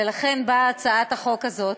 ולכן באה הצעת החוק הזאת.